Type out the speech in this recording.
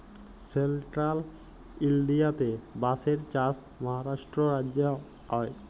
central ইলডিয়াতে বাঁশের চাষ মহারাষ্ট্র রাজ্যে হ্যয়